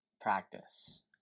practice